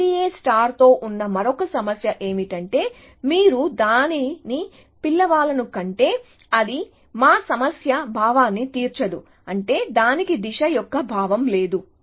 IDA తో ఉన్న మరొక సమస్య ఏమిటంటే మీరు దానిని పిలువాలనుకుంటే అది మా సన్యాసి భావాన్ని తీర్చదు అంటే దానికి దిశ యొక్క భావం లేదు